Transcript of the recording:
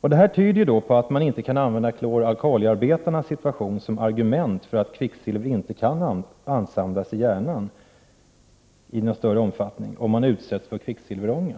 Detta tyder ju då på att man inte kan använda klor-alkaliarbetarens situation som argument för att kvicksilver inte kan ansamlas i hjärnan i någon större omfattning, om man utsätts för kvicksilverånga.